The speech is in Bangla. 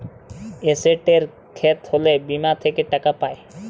এসেটের খ্যতি হ্যলে বীমা থ্যাকে টাকা পাই